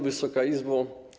Wysoka Izbo!